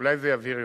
אולי זה יבהיר יותר.